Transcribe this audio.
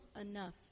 enough